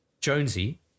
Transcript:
Jonesy